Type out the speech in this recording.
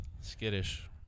Skittish